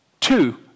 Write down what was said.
two